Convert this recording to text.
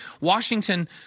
Washington